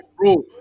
bro